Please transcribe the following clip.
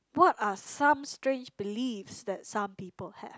what are some strange beliefs that some people have